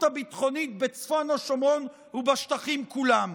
הביטחונית בצפון השומרון ובשטחים כולם.